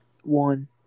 One